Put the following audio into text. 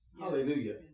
Hallelujah